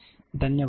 ధన్యవాదాలు